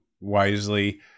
wisely